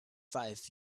five